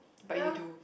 but you do